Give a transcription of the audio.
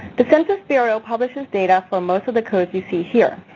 the census bureau publishes data for most of the codes you see here.